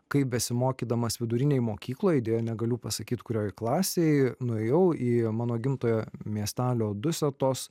kaip besimokydamas vidurinėje mokykloje deja negaliu pasakyti kurioje klasėje nuėjau į mano gimtojo miestelio dusetos